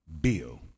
Bill